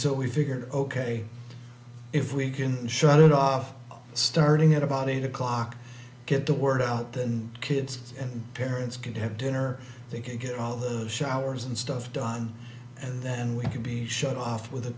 so we figured ok if we can shut it off starting at about eight o'clock get the word out then kids and parents can have dinner thinking get all those showers and stuff done and then we can be shut off with